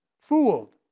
fooled